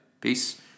Peace